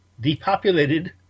depopulated